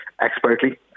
expertly